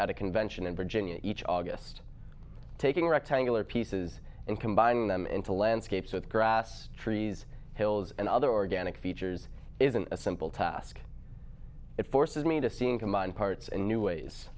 at a convention in virginia each august taking rectangular pieces and combining them into landscapes with grass trees hills and other organic features isn't a simple task it forces me to seeing combine parts and new ways